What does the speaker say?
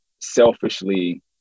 selfishly